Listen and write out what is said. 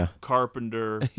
Carpenter